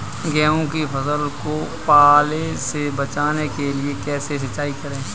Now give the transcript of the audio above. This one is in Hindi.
गेहूँ की फसल को पाले से बचाने के लिए कैसे सिंचाई करें?